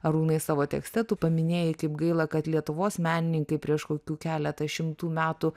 arūnai savo tekste tu paminėjai kaip gaila kad lietuvos menininkai prieš kokių keletą šimtų metų